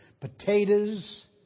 potatoes